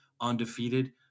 undefeated